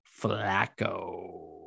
Flacco